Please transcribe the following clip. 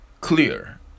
clear